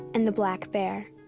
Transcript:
and the black bear?